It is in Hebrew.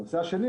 הנושא השני,